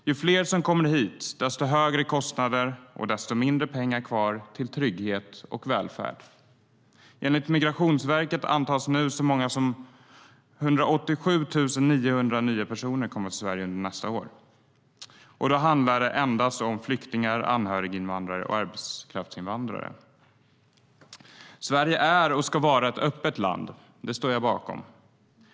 Ju fler som kommer hit, desto högre kostnader får vi och desto mindre pengar blir det kvar till trygghet och välfärd. Enligt Migrationsverket antas så många som 187 900 nya personer komma till Sverige under nästa år. Då handlar det endast om flyktingar, anhöriginvandrare och arbetskraftsinvandrare. Sverige är och ska vara ett öppet land. Det står jag bakom.